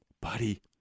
Buddy